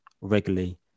regularly